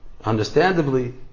Understandably